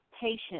patient